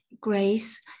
Grace